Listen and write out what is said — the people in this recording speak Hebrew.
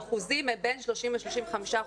האחוזים הם בין 30% ל-35%,